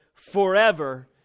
forever